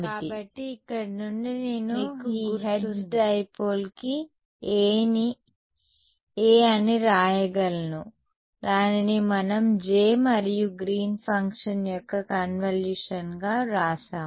కాబట్టి ఇక్కడ నుండి నేను ఈ హెర్ట్జ్ డైపోల్ కి A అని వ్రాయగలను దానిని మనం J మరియు గ్రీన్ ఫంక్షన్ యొక్క కన్వల్యూషన్గా వ్రాసాము